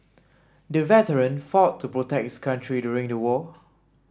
the veteran fought to protect his country during the war